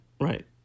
Right